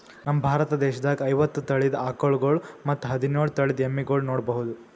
ನಮ್ ಭಾರತ ದೇಶದಾಗ್ ಐವತ್ತ್ ತಳಿದ್ ಆಕಳ್ಗೊಳ್ ಮತ್ತ್ ಹದಿನೋಳ್ ತಳಿದ್ ಎಮ್ಮಿಗೊಳ್ ನೋಡಬಹುದ್